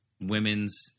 women's